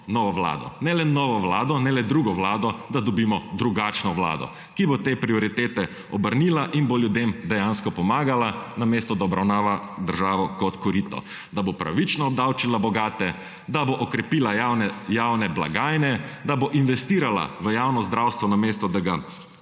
novo vlado. Ne le novo vlado, ne le drugo vlado, da dobimo drugačno vlado, ki bo te prioritete obrnila in bo ljudem dejansko pomagala, namesto, da obravnava državo kot korito. Da bo pravično obdavčila bogate, da bo okrepila javne blagajne, da bo investirala v javno zdravstvo, namesto, da ga